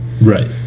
Right